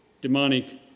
demonic